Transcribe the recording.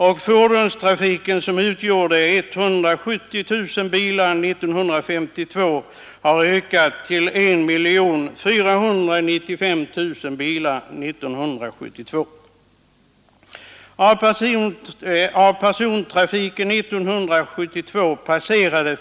Och fordonstrafiken som utgjorde 170 000 bilar år 1952 har ökat till I 495 000 bilar år 1972.